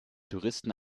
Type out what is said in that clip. touristen